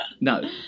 No